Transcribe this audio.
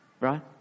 right